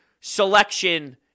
selection